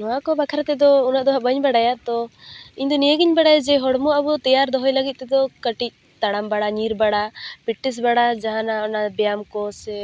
ᱱᱚᱣᱟ ᱠᱚ ᱵᱟᱠᱷᱨᱟ ᱛᱮᱫᱚ ᱩᱱᱟᱹᱜ ᱫᱚᱦᱟᱜ ᱵᱟᱹᱧ ᱵᱟᱲᱟᱭᱟ ᱛᱚ ᱤᱧᱫᱚ ᱱᱤᱭᱟᱹᱜᱮᱧ ᱵᱟᱲᱟᱭᱟ ᱡᱮ ᱦᱚᱲᱢᱚ ᱟᱵᱚ ᱛᱮᱭᱟᱨ ᱫᱚᱦᱚᱭ ᱞᱟᱹᱜᱤᱫ ᱛᱮᱫᱚ ᱠᱟᱹᱴᱤᱡ ᱛᱟᱲᱟᱢ ᱵᱟᱲᱟ ᱧᱤᱨ ᱵᱟᱲᱟ ᱯᱨᱮᱠᱴᱤᱥ ᱵᱟᱲᱟ ᱡᱟᱦᱟᱱᱟᱜ ᱚᱱᱟ ᱵᱮᱭᱟᱢ ᱠᱚ ᱥᱮ